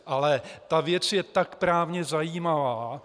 Ale ta věc je tak právně zajímavá!